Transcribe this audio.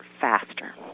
faster